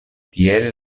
tiele